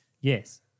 Yes